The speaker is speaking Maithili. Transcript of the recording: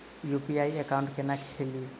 यु.पी.आई एकाउंट केना खोलि?